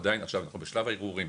עכשיו, אנחנו בשלב הערעורים.